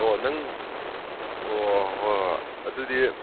ꯑꯣ ꯅꯪ ꯑꯣ ꯍꯣꯏ ꯍꯣꯏ ꯑꯗꯨꯗꯤ